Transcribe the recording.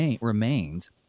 remains